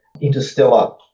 interstellar